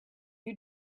you